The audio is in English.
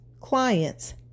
clients